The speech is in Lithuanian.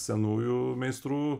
senųjų meistrų